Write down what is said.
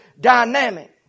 dynamic